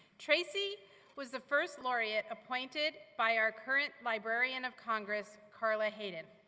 tracy was the first laureate appointed by our current librarian of congress, carla hayden.